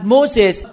Moses